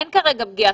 אין כרגע פגיעה.